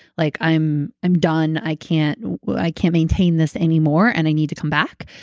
like, i'm i'm done. i can't i can't maintain this anymore and i need to come back.